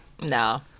No